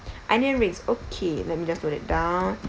onion rings okay let me just note that down